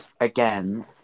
again